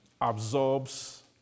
absorbs